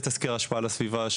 לתסקיר השפעה על הסביבה,